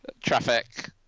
Traffic